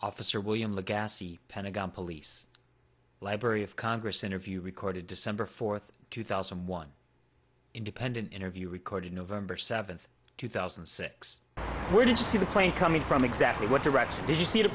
officer william look gassy pentagon police library of congress interview recorded december fourth two thousand and one independent interview recorded november seventh two thousand and six where did you see the plane coming from exactly what direction did you see